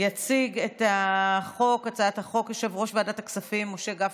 הקליטה והתפוצות לוועדה המשותפת לוועדת העבודה,